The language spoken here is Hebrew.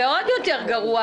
ועוד יותר גרוע,